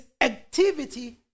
activity